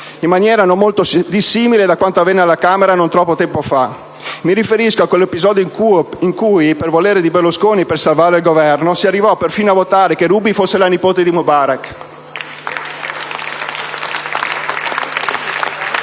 in maniera non molto dissimile da quanto avvenne alla Camera non troppo tempo fa. Mi riferisco a quell'episodio in cui, per volere di Berlusconi, per salvare il Governo, si arrivò perfino a votare che Ruby fosse la nipote di Mubarak.